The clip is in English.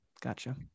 Gotcha